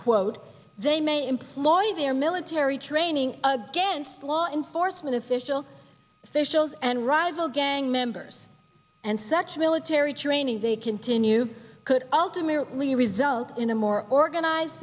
quote they may employ their military training against law enforcement official officials and rival gang members and such military training they continue could ultimately result in a more organized